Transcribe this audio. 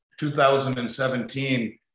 2017